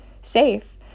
safe